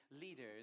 leaders